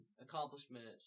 accomplishments